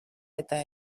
eta